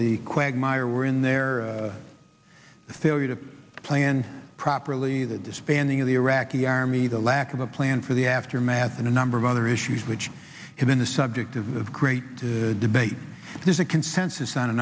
the quagmire we're in there are a failure to plan properly the disbanding of the iraqi army the lack of a plan for the aftermath and a number of other issues which have been the subject of great debate there's a consensus on a